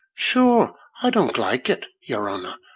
sure, i don't like it, yer honour,